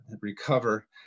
recover